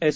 S